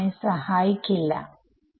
വിദ്യാർത്ഥി 1 കാരണം ഇത് ആണ്